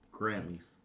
Grammys